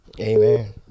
Amen